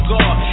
God